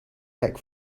back